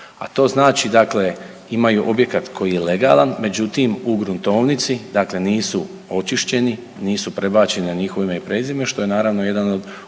A to znači dakle imaju objekat koji je legalan, međutim u gruntovnici dakle nisu očišćeni, nisu prebačeni na njihovo ime i prezime što je naravno jedan od